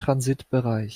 transitbereich